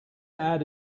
add